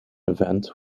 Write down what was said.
event